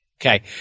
Okay